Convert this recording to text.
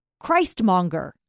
Christmonger